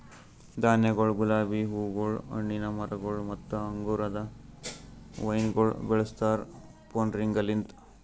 ಧಾನ್ಯಗೊಳ್, ಗುಲಾಬಿ ಹೂಗೊಳ್, ಹಣ್ಣಿನ ಮರಗೊಳ್ ಮತ್ತ ಅಂಗುರದ ವೈನಗೊಳ್ ಬೆಳುಸ್ತಾರ್ ಪ್ರೂನಿಂಗಲಿಂತ್